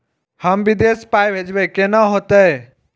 हम विदेश पाय भेजब कैना होते?